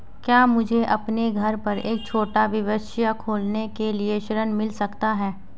क्या मुझे अपने घर पर एक छोटा व्यवसाय खोलने के लिए ऋण मिल सकता है?